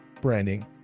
branding